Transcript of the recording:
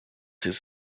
his